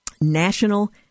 National